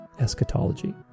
eschatology